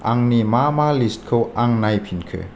आंनि मा मा लिस्तखौ आं नायफिनखो